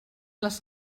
les